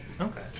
Okay